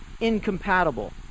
incompatible